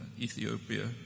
Ethiopia